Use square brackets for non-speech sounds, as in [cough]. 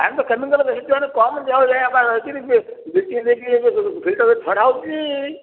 କାରଣ ତ କେମିକାଲ [unintelligible] ଫିଲ୍ଟରରେ ଛଡ଼ା ହେଉଛି